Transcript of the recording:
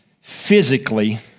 physically